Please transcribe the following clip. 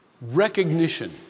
recognition